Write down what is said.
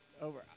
over